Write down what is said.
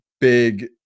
big